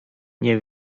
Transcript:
nie